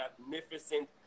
magnificent